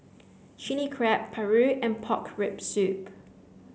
chilli crab paru and pork rib soup